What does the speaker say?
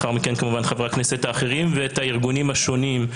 לאחר מכן נשמע את חברי הכנסת האחרים ואת הארגונים השונים.